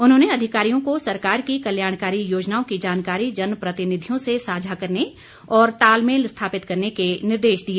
उन्होंने अधिकारियों को सरकार की कल्याणकारी योजनाओं की जानकारी जनप्रतिनिधियों से सांझा करने और तालमेल स्थापित करने के निर्देश दिए